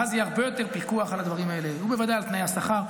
ואז יהיה הרבה יותר פיקוח על הדברים האלה ובוודאי על תנאי השכר.